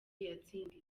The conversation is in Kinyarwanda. yatsindiye